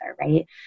right